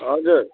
हजुर